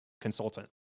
consultant